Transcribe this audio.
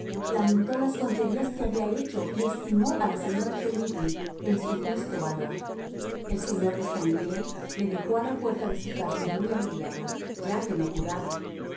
lamentó las tonterías que había hecho y estimó a la señora chermidy en su justo valor el señor de sanglié le dejó a la puerta de su casa muy aliviado ya que no curado